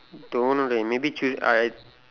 don't know leh maybe choose I